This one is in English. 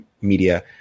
media